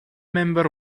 member